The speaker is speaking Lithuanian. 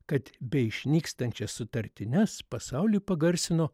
kad beišnykstančias sutartines pasauliui pagarsino